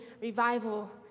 revival